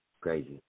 crazy